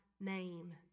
name